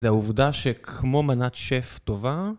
זה העובדה שכמו מנת שף טובה